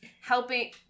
helping